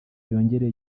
yongere